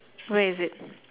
where is it